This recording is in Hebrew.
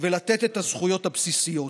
ולתת את הזכויות הבסיסיות.